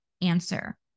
answer